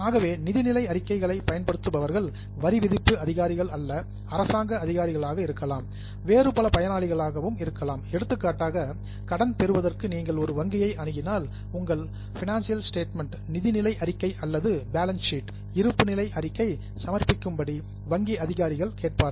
ஆகவே நிதிநிலை அறிக்கைகளை பயன்படுத்துபவர்கள் வரி விதிப்பு அதிகாரிகள் அல்லது அரசாங்க அதிகாரிகளாக இருக்கலாம் வேறு பல பயனாளிகள் இருக்கலாம் எடுத்துக்காட்டாக கடன் பெறுவதற்காக நீங்கள் ஒரு வங்கியை அணுகினால் உங்கள் ஃபைனான்ஸ் பைனான்சியல் ஸ்டேட்மென்ட் நிதிநிலை அறிக்கை அல்லது பேலன்ஸ் ஷீட் இருப்பு நிலை அறிக்கை சமர்ப்பிக்கும்படி வங்கி அதிகாரிகள் கேட்பார்கள்